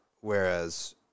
Whereas